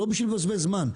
לא בשביל לבזבז זמן,